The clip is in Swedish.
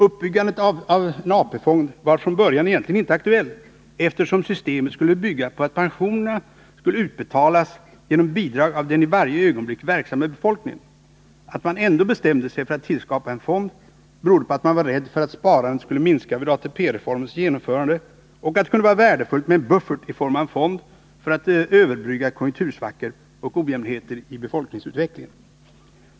Uppbyggandet av en AP-fond var från början egentligen inte aktuellt, eftersom systemet skulle bygga på att pensionerna skulle utbetalas genom bidrag av den i varje ögonblick verksamma befolkningen. Att man ändå bestämde sig för att tillskapa en fond berodde på att man var rädd för att sparandet skulle minska vid ATP-reformens genomförande och på att man ansåg att det kunde vara värdefullt med en buffert i form av en fond för att konjunktursvackor och ojämnheter i befolkningsutvecklingen skulle kunna överbryggas.